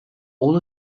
all